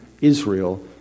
Israel